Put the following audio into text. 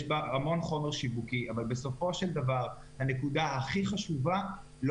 יש בה המון חומר שיווקי אבל בסופו של דבר בעיני הנקודה הכי חשובה לא